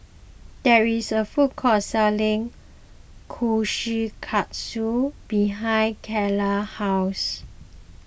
there is a food court selling Kushikatsu behind Karla house